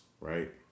right